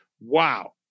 wow